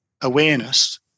awareness